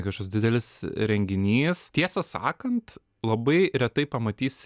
kažkoks didelis renginys tiesą sakant labai retai pamatys